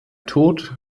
tod